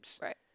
Right